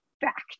fact